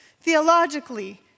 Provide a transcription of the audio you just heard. Theologically